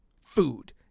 food